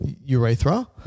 urethra